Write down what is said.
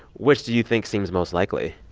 which do you think seems most likely?